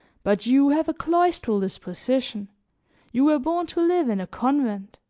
but you have a cloistral disposition you were born to live in a convent.